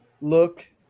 look